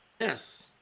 Yes